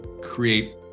create